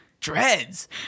dreads